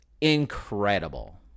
incredible